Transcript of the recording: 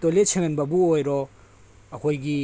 toilet ꯁꯦꯡꯍꯕꯕꯨ ꯑꯣꯏꯔꯣ ꯑꯩꯈꯣꯏꯒꯤ